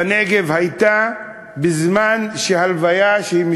בנגב הייתה בזמן ההלוויה ברהט,